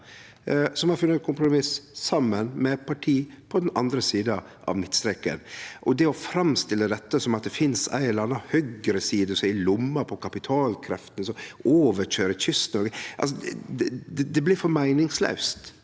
og har funne eit kompromiss saman med parti på den andre sida av midtstreken. Det å framstille dette som at det finst ei eller anna høgreside som er i lomma på kapitalkreftene, og som overkøyrer Kyst-Noreg, blir for meiningslaust